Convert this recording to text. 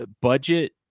budget